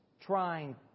trying